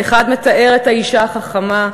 האחד מתאר את "האישה החכמה",